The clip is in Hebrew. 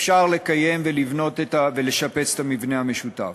ואפשר לשפץ את המבנה המשותף.